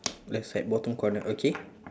left side bottom corner okay